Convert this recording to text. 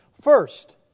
First